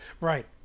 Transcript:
Right